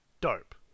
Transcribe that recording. dope